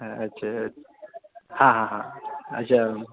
अच्छा हँ हँ हँ अच्छा